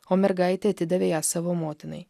o mergaitė atidavė ją savo motinai